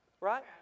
Right